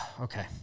Okay